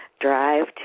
drive